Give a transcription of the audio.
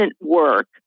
work